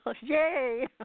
Yay